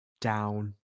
down